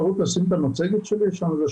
קודם כל,